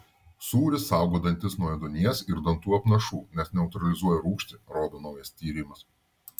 sūris saugo dantis nuo ėduonies ir dantų apnašų nes neutralizuoja rūgštį rodo naujas tyrimas